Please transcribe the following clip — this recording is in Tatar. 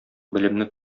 белемне